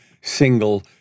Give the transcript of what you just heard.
single